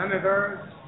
members